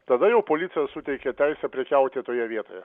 tada jau policija suteikia teisę prekiauti toje vietoje